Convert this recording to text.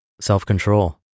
Self-control